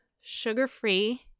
Sugar-free